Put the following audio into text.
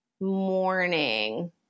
morning